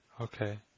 Okay